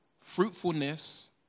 Fruitfulness